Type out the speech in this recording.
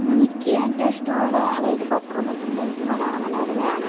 എനിക്ക് ഏറ്റവും ഇഷ്ടമുള്ള അതായത് പത്രംന്ന് വച്ചിട്ടുണ്ടെങ്കിൽ എനിക്ക് മലയാള മനോരമയാണ്